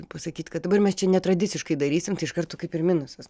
pasakyt kad dabar mes čia netradiciškai darysim tai iš karto kaip ir minusas